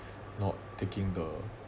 not taking the